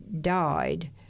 died